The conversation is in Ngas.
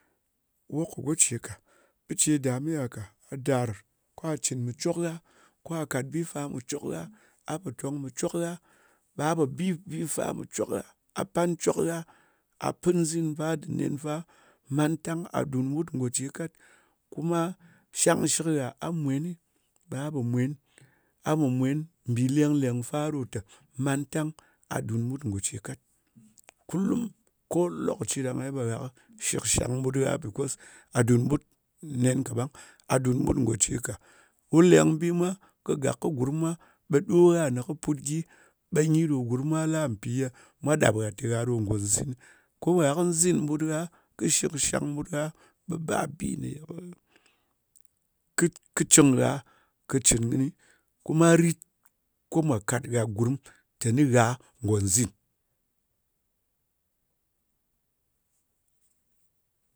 Wok goce ka. Bije dame gha ka. A dar ko a cin me cok gha, ko a kat bi fa mwa me cot gha. A paton me cok gha, ɓa a pa bi fa me cok gha. A pan cok gha, a pin zin fa dir nen fa. Man-tang a dun ɓut goce kat kuma shangshik gha. A mwen ni, ɓa a pa mwen bi leng leng fa ta, mantan a dub ɓut goce. Kat kulum ko lokaci ye ɗan ye ɓa shik shang ɓut gha. A dung ɓut nen ka bang. A dung ɓut goce ka. Wuleng bi mwa kɨ gak kɨ gurumwa, ɓa ɗo gha me put ghi ɓa gye ɗo gurum mwa ta piye ɗap gha ta go-zin-ko gha kɨ zin ɓut gha kɨ shik shang ɓut gha, ba bi ye pa kit-kicin gha ki cin kɨni. Kuma rit ko ma kat gha gurum tani gha go zin